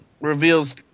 reveals